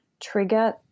trigger